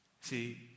See